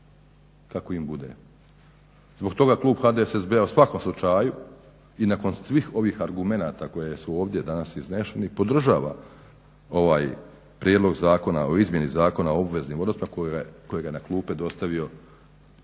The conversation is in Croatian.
kako im bude. Zbog toga klub HDSSB-a u svakom slučaju i nakon svih ovih argumenta koje su ovdje danas izneseni podržava ovaj prijedlog zakona o izmjeni Zakona o obveznim odnosima kojega je na klupe dostavio klub